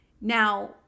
now